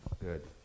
Good